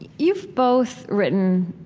you've both written,